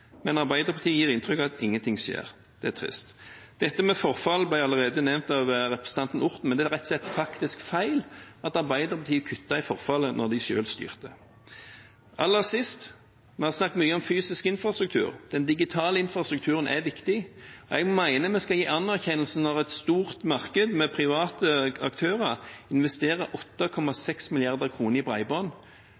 men Arbeiderpartiet gir inntrykk av at ingenting skjer. Det er trist. Forfall ble nevnt av representanten Orten. Det er rett og slett feil at Arbeiderpartiet reduserte forfallet da de selv styrte. Aller sist: Vi har snakket mye om fysisk infrastruktur, og den digitale infrastrukturen er viktig. Jeg mener vi skal gi anerkjennelse når et stort marked med private aktører investerer